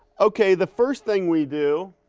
okay, the first thing we do